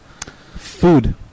Food